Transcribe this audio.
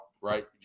right